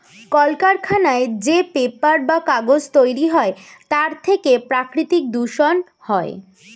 কলকারখানায় যে পেপার বা কাগজ তৈরি হয় তার থেকে প্রাকৃতিক দূষণ হয়